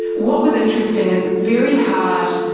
what was interesting is it's very hard,